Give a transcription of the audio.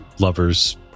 lover's